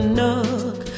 nook